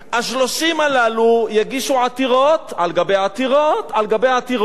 ה-30 הללו יגישו עתירות על גבי עתירות על גבי עתירות,